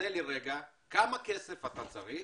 בועז, כמה כסף אתה צריך,